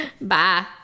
bye